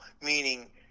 meaning